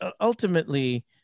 ultimately